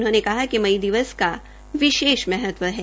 उन्होंने कहा कि मई दिवस को विशेष महत्व है